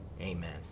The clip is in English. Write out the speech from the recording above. Amen